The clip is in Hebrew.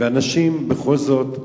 ובכל זאת אנשים,